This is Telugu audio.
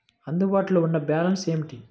అందుబాటులో ఉన్న బ్యాలన్స్ ఏమిటీ?